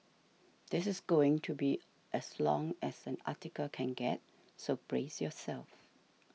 this is going to be as long as an article can get so brace yourself